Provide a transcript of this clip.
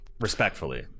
Respectfully